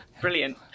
Brilliant